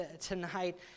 tonight